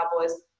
Cowboys